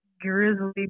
grizzly